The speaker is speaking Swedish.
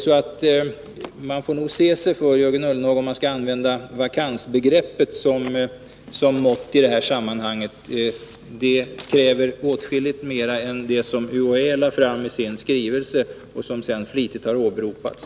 Man får således se sig för, Jörgen Ullenhag, om man skall använda vankansbegreppet som mått i det här sammanhanget. Det kräver åtskilligt mer än den redovisning som UHÄ lade fram i sin skrivelse och som sedan flitigt har åberopats.